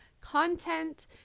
content